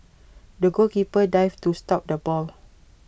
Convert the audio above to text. the goalkeeper dived to stop the ball